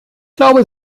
glaube